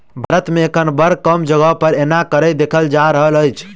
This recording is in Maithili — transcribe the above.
भारत मे एखन बड़ कम जगह पर एना करैत देखल जा रहल अछि